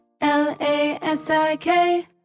L-A-S-I-K